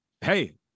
hey